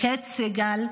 קית' סיגל,